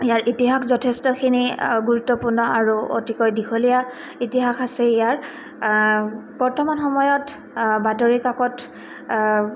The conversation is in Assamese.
ইয়াৰ ইতিহাস যথেষ্টখিনি গুৰুত্বপূৰ্ণ আৰু অতিকৈ দীঘলীয়া ইতিহাস আছে ইয়াৰ বৰ্তমান সময়ত বাতৰি কাকত